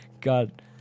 God